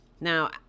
Now